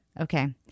Okay